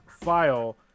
file